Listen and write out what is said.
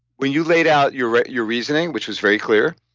when you laid out your your reasoning, which was very clear,